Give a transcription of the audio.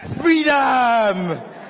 Freedom